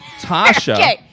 Tasha